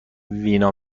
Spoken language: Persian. وینا